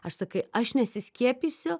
aš sakai aš nesiskiepysiu